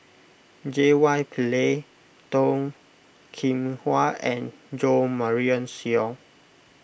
J Y Pillay Toh Kim Hwa and Jo Marion Seow